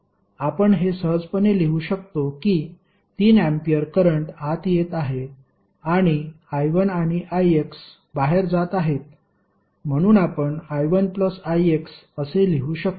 आपण हे सहजपणे लिहू शकतो की 3 अँपिअर करंट आत येत आहे आणि I1 आणि ix बाहेर जात आहेत म्हणून आपण I1 ix असे लिहू शकतो